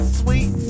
sweet